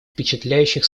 впечатляющих